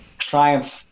triumph